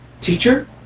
Teacher